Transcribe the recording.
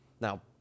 Now